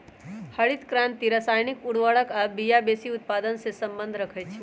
हरित क्रांति रसायनिक उर्वर आ बिया वेशी उत्पादन से सम्बन्ध रखै छै